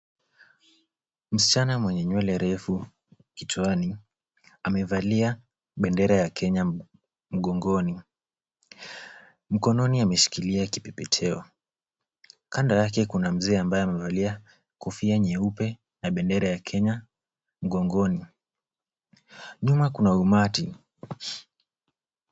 Msichana mwenye nywele refu kichwani, amevalia bendera ya Kenya mgongoni. Mkononi ameshikilia kipepeteo. Kando yake, kuna mzee ambaye amevalia kofia nyeupe na bendera ya Kenya mgongoni. Nyuma kuna umati.